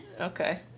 Okay